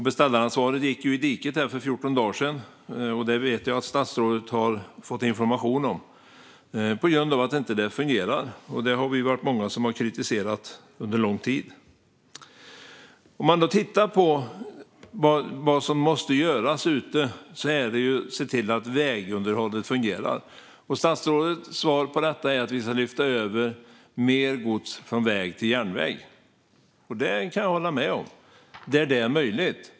Beställaransvaret hamnade ju i diket för 14 dagar sedan - det vet jag att statsrådet har fått information om - på grund av att det inte fungerar. Vi har varit många som har kritiserat det under lång tid. Vad som måste göras där ute är att se till att vägunderhållet fungerar. Statsrådets svar på detta är att vi ska lyfta över mer gods från väg till järnväg. Det kan jag hålla med om, där så är möjligt.